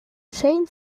shane